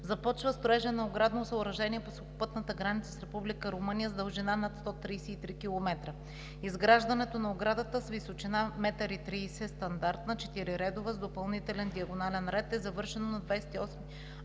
започва строежът на оградно съоръжение по сухопътната граница с Република Румъния с дължина над 133 км. Изграждането на оградата с височина 1,30 м – стандартна, четириредова с допълнителен диагонален ред, е завършено на 28